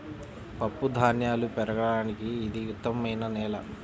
పప్పుధాన్యాలు పెరగడానికి ఇది ఉత్తమమైన నేల